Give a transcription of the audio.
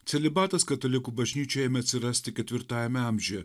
celibatas katalikų bažnyčioj ėmė atsirasti ketvirtajame amžiuje